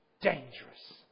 dangerous